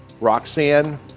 Roxanne